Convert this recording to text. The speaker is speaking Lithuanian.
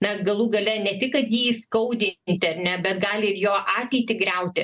na galų gale ne tik kad jį skaudinti ar ne bet gali ir jo ateitį griauti